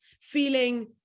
feeling